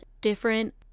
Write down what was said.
different